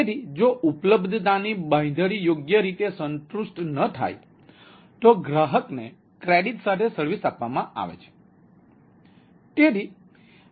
તેથી જો ઉપલબ્ધતાની બાંયધરીયોગ્ય રીતે સંતુષ્ટ ન થાય તો ગ્રાહકને ક્રેડિટ સાથે સર્વિસ આપવામાં આવે છે